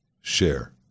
share